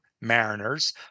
mariners